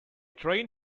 train